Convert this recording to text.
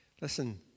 Listen